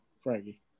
Frankie